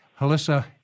Halissa